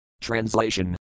Translation